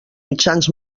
mitjans